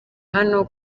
hano